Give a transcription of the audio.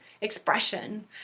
expression